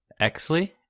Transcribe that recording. Exley